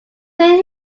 seen